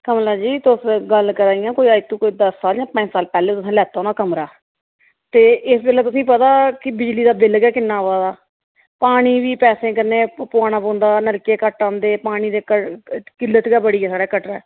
कमला जी तुस गल्ल करा दियां कोई अज्ज तो कोई दस साल जां पंज साल पैह्ले तुसें लैता होना कमरा ते इस बेल्लै तुसेंगी पता कि बिजली दा बिल गै किन्ना आवै दा पानी बी पैसे कन्नै पुआना पौंदा नलके घट्ट औंदे पानी दी किल्लत गै बड़ी ऐ साढ़े कटरा